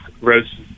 Rose